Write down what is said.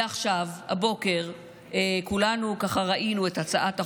ועכשיו, הבוקר, כולנו ראינו את הצעת החוק,